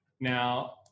Now